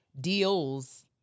deals